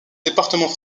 département